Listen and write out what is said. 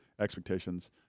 expectations